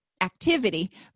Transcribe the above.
activity